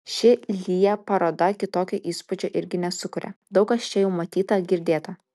ši lya paroda kitokio įspūdžio irgi nesukuria daug kas čia jau matyta girdėta